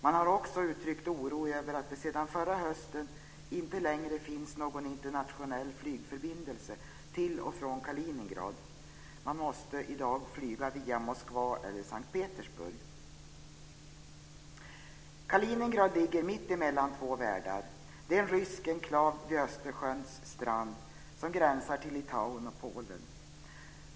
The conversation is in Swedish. Man har också uttryckt oro över att det sedan förra hösten inte finns någon internationell flygförbindelse till och från Kaliningrad. Man måste i dag flyga via Moskva eller Kaliningrad ligger mittemellan två världar. Det är en rysk enklav vid Östersjöns strand som gränsar till Litauen och Polen.